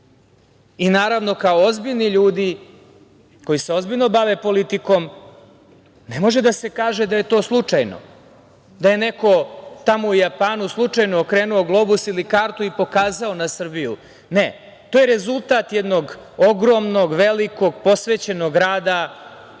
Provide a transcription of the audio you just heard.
Naravno, kao ozbiljni ljudi koji se ozbiljno bave politikom, ne može da se kaže da je to slučajno, da je neko tamo u Japanu slučajno okrenuo globus ili kartu i pokazao na Srbiju. Ne, to je rezultat jednog ogromnog, velikog, posvećenog rada,